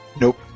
Nope